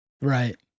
right